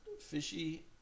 fishy